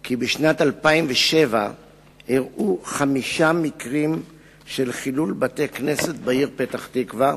כי בשנת 2007 אירעו חמישה מקרים של חילול בתי-כנסת בעיר פתח-תקווה,